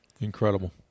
Incredible